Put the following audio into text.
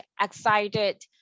excited